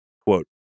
quote